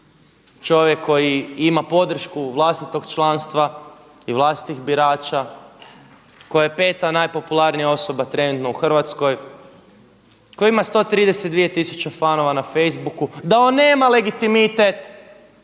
čovjek koji ima podršku vlastitog članstva i vlastitih birača, koji je 5-ta najpopularnija osoba trenutno u Hrvatskoj, koji ima 130 tisuće fanova na Facebooku, da on nema legitimitet